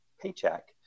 paycheck